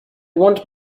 want